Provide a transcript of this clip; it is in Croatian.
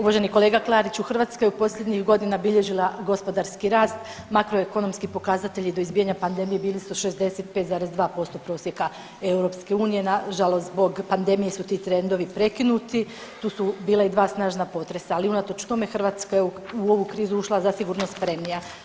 Uvaženi kolega Klariću, Hrvatska je posljednjih godina bilježila gospodarski rast, makroekonomski pokazatelji do izbijanja pandemije bili su 65,2% prosjeka EU, nažalost zbog pandemije su ti trendovi prekinuti, tu su bila i dva snažna potresa, ali unatoč tome Hrvatska je u ovu krizu ušla zasigurno spremnija.